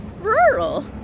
rural